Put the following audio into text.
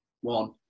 one